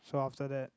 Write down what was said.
so after that